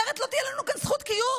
אחרת לא תהיה לנו כאן זכות קיום.